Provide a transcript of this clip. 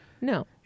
No